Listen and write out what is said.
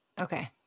Okay